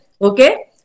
Okay